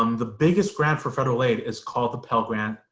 um the biggest grant for federal aid is called the pell grant,